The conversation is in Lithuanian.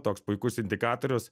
toks puikus indikatorius